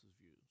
views